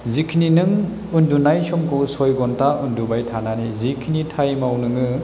जिखिनि नों उन्दुनाय समखौ सय घण्टा उन्दुबाय थानानै जिखिनि टाइमाव नोङो